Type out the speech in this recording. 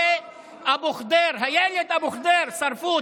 לא ניתן לכם.